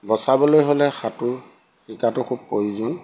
বচাবলৈ হ'লে সাঁতোৰ শিকাটো খুব প্ৰয়োজন